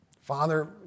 Father